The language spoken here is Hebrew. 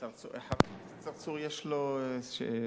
לצרצור יש שאילתא?